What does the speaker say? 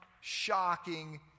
shocking